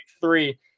three